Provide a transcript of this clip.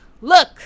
look